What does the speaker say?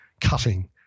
cutting